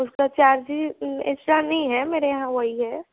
उसका चार्ज ही ऐसा नहीं है मेरा यहाँ वही है